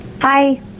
Hi